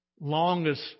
longest